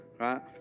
right